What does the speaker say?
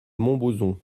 montbozon